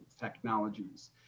Technologies